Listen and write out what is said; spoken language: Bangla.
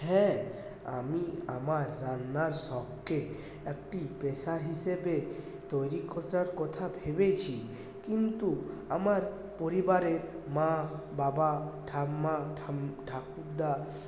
হ্যাঁ আমি আমার রান্নার শখকে একটি পেশা হিসেবে তৈরি কথার কথা ভেবেছি কিন্তু আমার পরিবারের মা বাবা ঠাম্মা ঠাম ঠাকুরদা